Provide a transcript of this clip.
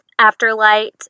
Afterlight